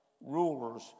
rulers